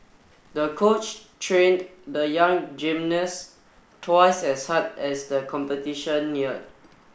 the coach trained the young gymnast twice as hard as the competition neared